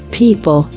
people؟